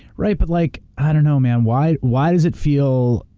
right, but, like i don't know, man. why why does it feel,